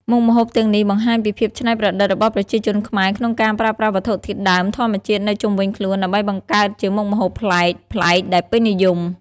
មុខម្ហូបទាំងនេះបង្ហាញពីភាពច្នៃប្រឌិតរបស់ប្រជាជនខ្មែរក្នុងការប្រើប្រាស់វត្ថុធាតុដើមធម្មជាតិនៅជុំវិញខ្លួនដើម្បីបង្កើតជាមុខម្ហូបប្លែកៗដែលពេញនិយម។